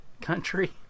country